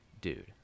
dude